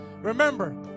Remember